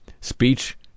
speech